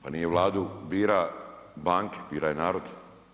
Pa nije Vladu bira banke, bira je narod.